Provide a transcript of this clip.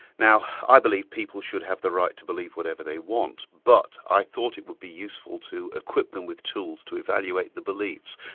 now i believe people should have the right to believe whatever they want, but i thought it would be useful to equip them with tools to evaluate the beliefs,